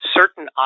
certain